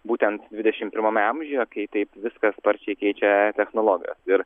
būtent dvidešim pirmame amžiuje kai taip viską sparčiai keičia technologijos ir